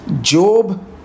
Job